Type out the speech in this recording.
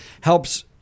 helps